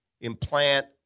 implant